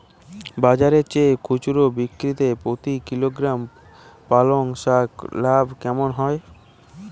বাজারের চেয়ে খুচরো বিক্রিতে প্রতি কিলোগ্রাম পালং শাকে লাভ কেমন হয়?